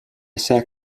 sat